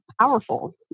powerful